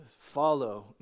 Follow